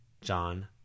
John